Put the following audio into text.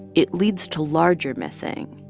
it leads to larger missing,